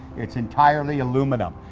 it's entirely aluminum.